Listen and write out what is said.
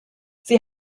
sie